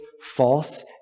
false